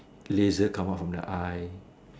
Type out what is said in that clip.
laser come out from the eye